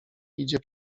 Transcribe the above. idzie